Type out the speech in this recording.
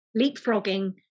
leapfrogging